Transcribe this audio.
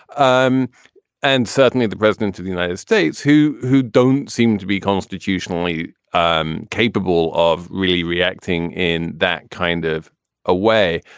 um and certainly the president of the united states, who who don't seem to be constitutionally um capable of really reacting in that kind of a way.